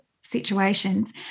situations